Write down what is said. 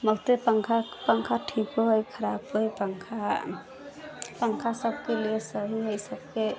बहुते पंखा ठीको हइ खराबो हइ पंखा पंखा सबकेलिए सही हइ सबके